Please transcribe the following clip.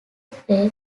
play